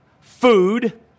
food